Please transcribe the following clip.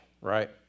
right